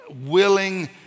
willing